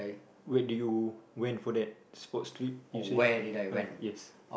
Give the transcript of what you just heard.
when do you went for that sports trip you say uh yes